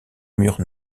mur